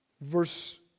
Verse